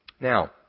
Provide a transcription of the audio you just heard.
Now